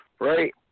right